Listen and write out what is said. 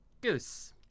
Goose